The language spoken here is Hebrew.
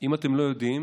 אם אתם לא יודעים